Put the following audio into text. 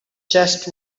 chest